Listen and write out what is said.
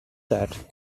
that